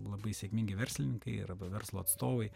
labai sėkmingi verslininkai arba verslo atstovai